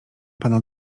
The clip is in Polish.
pana